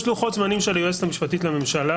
יש לוחות זמנים של היועצת המשפטית לממשלה,